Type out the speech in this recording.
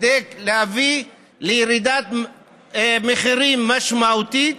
כדי להביא לירידת מחירים משמעותית,